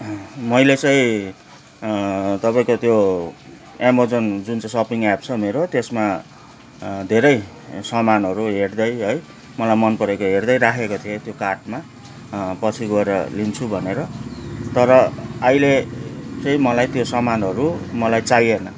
मैले चाहिँ तपाईँको त्यो एमजोन जुन चाहिँ सपिङ एप छ मेरो त्यसमा धेरै सामानहरू हेर्दै है मलाई मन परेको हेर्दै राखेको थिएँ त्यो कार्टमा पछि गएर लिन्छु भनेर तर अहिले चाहिँ मलाई त्यो समानहरू मलाई चाहिएन